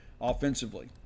offensively